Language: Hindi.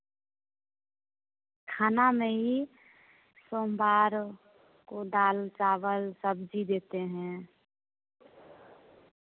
खाना में ही सोमवार को दाल चावल सब्जी देते हैं